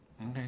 Okay